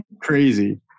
crazy